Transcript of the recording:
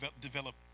develop